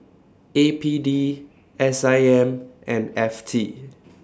A P D S I M and F T